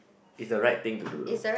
is the right thing to do no